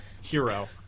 Hero